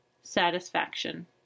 satisfaction